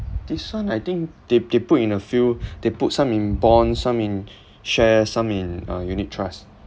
this one I think they they put in a few they put some in bond some in share some in uh unit trust